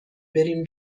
بریم